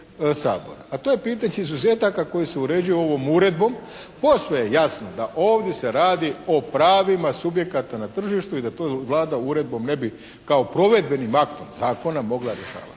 se ne razumije./… izuzetaka koji se uređuju ovom uredbom. Posve je jasno da ovdje se radi o pravima subjekata na tržištu i da to Vlada uredbom ne bi kao provedbenim aktom zakona mogla rješavati.